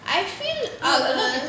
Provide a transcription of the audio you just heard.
I feel our